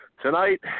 Tonight